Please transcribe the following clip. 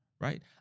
Right